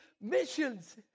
missions